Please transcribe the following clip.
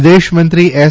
વિદેશમંત્રી એસ